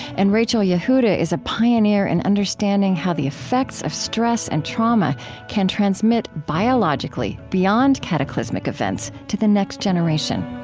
and rachel yehuda is a pioneer in understanding how the effects of stress and trauma can transmit biologically, beyond cataclysmic events, to the next generation.